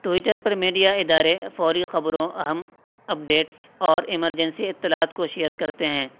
Twitter پر media ادارے فوری خبروں اہم اپڈیٹس اور ایمرجنسی اطلاعات کو شیئر کرتے ہیں